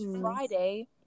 Friday